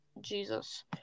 Jesus